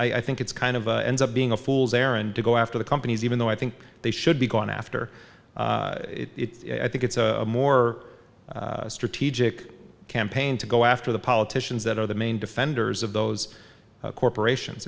i think it's kind of ends up being a fool's errand to go after the companies even though i think they should be going after it i think it's a more strategic campaign to go after the politicians that are the main defenders of those corporations